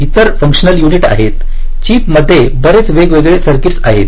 इतर functional unit आहेत chip मध्ये बरेच वेगवेगळे सर्किटस आहेत